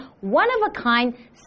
one-of-a-kind